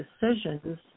decisions